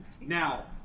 Now